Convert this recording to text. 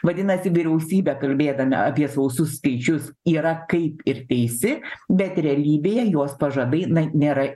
vadinasi vyriausybė kalbėdama apie sausus skaičius yra kaip ir teisi bet realybėje jos pažadai nėra